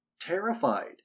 terrified